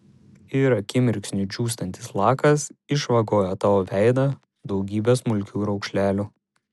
ir akimirksniu džiūstantis lakas išvagoja tavo veidą daugybe smulkių raukšlelių